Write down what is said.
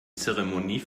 zeremonie